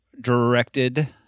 directed